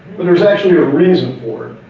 but there's actually ah reason for it,